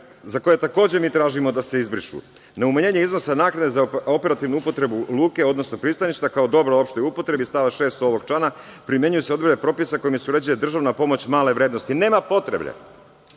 za koje takođe tražimo da se izbrišu. Na umanjenje iznosa naknade za operativnu upotrebu luke, odnosno pristaništa kao dobra u opštoj upotrebi iz stava 6. ovog člana primenjuju se odredbe propisa kojima se utvrđuje državna pomoć male vrednosti. Nema potrebe